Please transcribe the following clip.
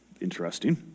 interesting